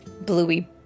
Bluey